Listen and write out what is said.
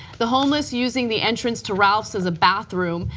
the homeless using the entrance to ralph's as a bathroom,